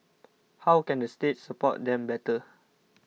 how can the state support them better